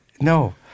No